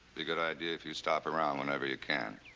be a good idea if you stop around whenever you can.